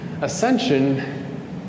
ascension